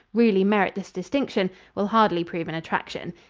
really merit this distinction will hardly prove an attraction.